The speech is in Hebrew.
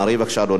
בבקשה, אדוני.